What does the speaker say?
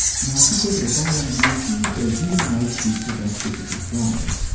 now if you go to the bottom, you will see the read and write speeds for that specific drive.